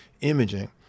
imaging